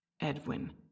Edwin